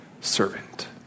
servant